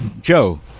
Joe